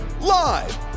live